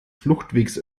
fluchtwegs